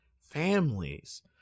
families